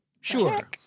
Sure